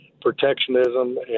protectionism